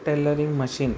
tailoring machine